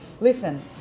listen